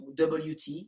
WT